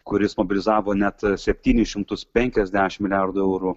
kuris mobilizavo net septynis šimtus penkiasdešimt milijardų eurų